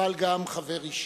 אבל גם חבר אישי.